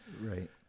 right